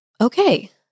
okay